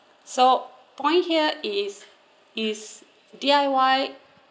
so point here is is D_I_Y